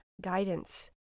guidance